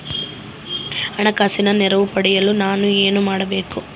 ಹಣಕಾಸಿನ ನೆರವು ಪಡೆಯಲು ನಾನು ಏನು ಮಾಡಬೇಕು?